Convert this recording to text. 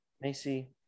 Macy